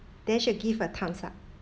then she'll give a thumbs up